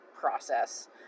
process